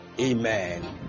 Amen